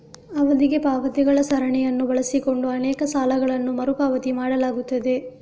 ಅವಧಿಗೆ ಪಾವತಿಗಳ ಸರಣಿಯನ್ನು ಬಳಸಿಕೊಂಡು ಅನೇಕ ಸಾಲಗಳನ್ನು ಮರು ಪಾವತಿ ಮಾಡಲಾಗುತ್ತದೆ